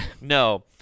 No